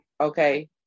Okay